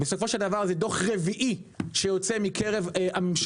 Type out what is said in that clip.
בסופו של דבר זה דוח רביעי שיוצא מקרב הממשלה,